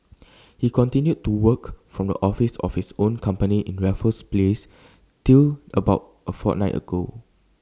he continued to work from the office of his own company in Raffles place till about A fortnight ago